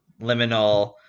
liminal